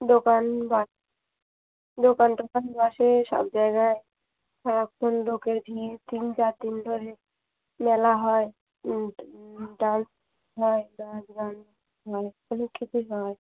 দোকান বস দোকান টোকান বাসে সব জায়গায় সারাক্ষণ লোকের ভিড় তিন চার তিন ধরে মেলা হয় ডান্স হয় নাচ গান হয় অনেক কিছুই হয়